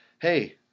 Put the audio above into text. hey